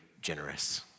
generous